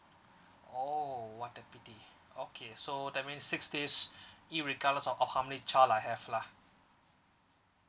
oh what a pity okay so that means six days irregardless of of how many child I have lah